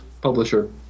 publisher